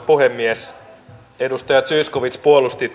puhemies edustaja zyskowicz puolusti